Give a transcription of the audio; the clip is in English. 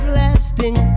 lasting